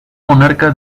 monarca